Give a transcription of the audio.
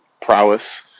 prowess